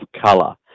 color